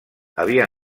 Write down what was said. havia